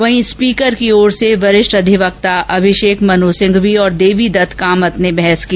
वहीं स्पीकर की ओर से वरिष्ठ हरिक्ता अभिषेक मनु सिंघवी तथा देवी दत्त कामथ ने बहस की